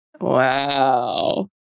Wow